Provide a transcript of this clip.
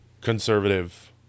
conservative